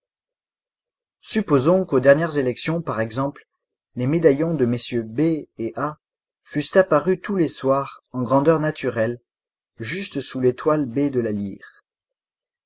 supposons qu'aux dernières élections par exemple les médaillons de mm b et a fussent apparus tous les soirs en grandeur naturelle juste sous l'étoile de la lyre